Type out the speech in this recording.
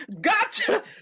Gotcha